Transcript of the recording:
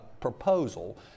proposal